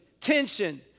tension